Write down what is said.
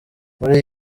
muri